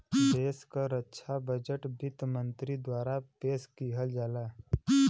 देश क रक्षा बजट वित्त मंत्री द्वारा पेश किहल जाला